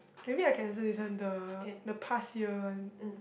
maybe I can answer this one the the past year one